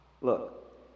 Look